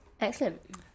Excellent